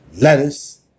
lettuce